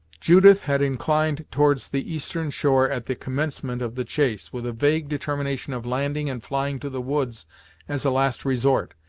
judith had inclined towards the eastern shore at the commencement of the chase, with a vague determination of landing and flying to the woods as a last resort,